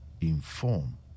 inform